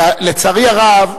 לצערי הרב,